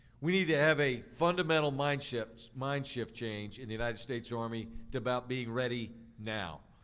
we need to have a fundamental mind shift mind shift change in the united states army to about being ready now.